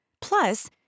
Plus